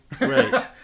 Right